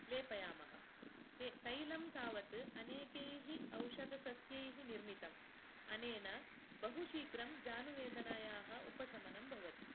लेपयामः ते तैलं तावत् अनेकैः औषधसस्यैः निर्मितम् अनेन बहुशीग्रं जानुवेदनायाः उपशमनं भवति